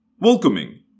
welcoming